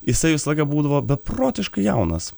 jisai visą laiką būdavo beprotiškai jaunas